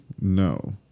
No